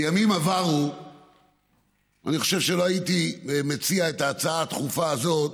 בימים עברו אני חושב שלא הייתי מציע את ההצעה הדחופה הזאת,